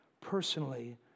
personally